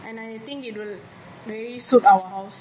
and I think it will really suit our house